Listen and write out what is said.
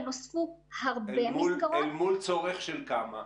ונוספו הרבה מסגרות -- אל מול צורך של כמה?